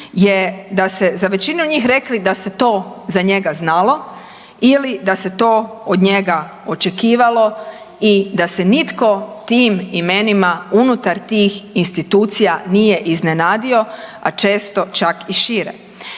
je da ste za većinu njih rekli da se to za njega znalo ili da se to od njega očekivalo i da se nitko tim imenima unutar tih institucija nije iznenadio, a često čak i šire.